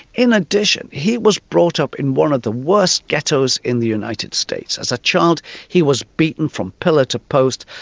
in addition he was brought up in one of the worse ghettos in the united states. as a child he was beaten from pillar to post,